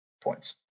points